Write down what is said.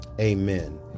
amen